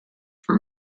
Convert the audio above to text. for